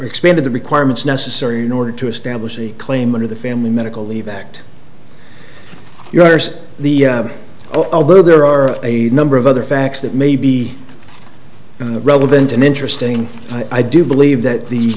expanded the requirements necessary in order to establish a claim under the family medical leave act yours the other there are a number of other facts that may be in the relevant and interesting i do believe that the